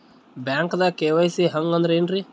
ಬ್ಯಾಂಕ್ದಾಗ ಕೆ.ವೈ.ಸಿ ಹಂಗ್ ಅಂದ್ರೆ ಏನ್ರೀ?